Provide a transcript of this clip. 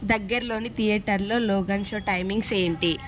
దగ్గర్లోని థియేటర్లో Logan show timings ఏంటి